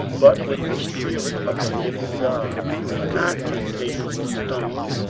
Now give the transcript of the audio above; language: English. but with the spirit of the living god not in tables of stone,